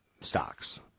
stocks